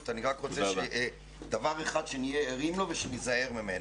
אני רק רוצה דבר אחד שנהיה ערים לו ושניזהר ממנו,